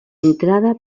entrada